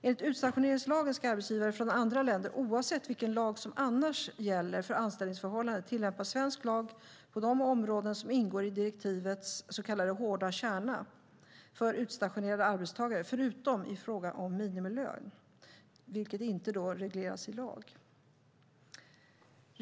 Enligt utstationeringslagen ska arbetsgivare från andra länder oavsett vilken lag som annars gäller för anställningsförhållandet tillämpa svensk lag på de områden som ingår i direktivets så kallade hårda kärna för utstationerade arbetstagare förutom i fråga om minimilön, som inte regleras i lag.